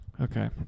Okay